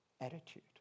attitude